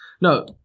no